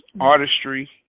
artistry